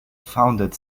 founded